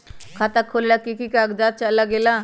खाता खोलेला कि कि कागज़ात लगेला?